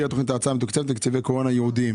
תוכנית ההאצה המתוקצבת מתקציבי קורונה ייעודיים.